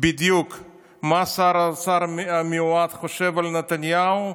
בדיוק מה שר האוצר המיועד חושב על נתניהו,